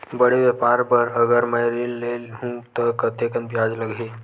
बड़े व्यापार बर अगर मैं ऋण ले हू त कतेकन ब्याज लगही?